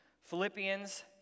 Philippians